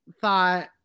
thought